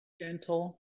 gentle